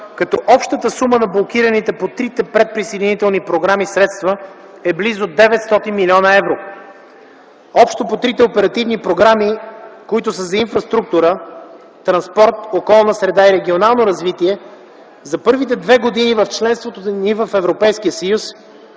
като общата сума на блокираните по трите предприсъединителни програми средства е близо 900 млн. евро. Общо по трите оперативни програми за инфраструктура, транспорт, околна среда и регионално развитие за първите две години от членството ни в Европейския съюз